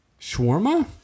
Shawarma